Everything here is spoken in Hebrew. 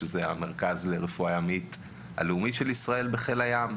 המרכז לרפואה ימית הלאומית של ישראל בחיל הים.